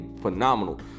phenomenal